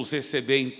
receber